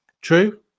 True